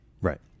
Right